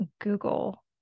Google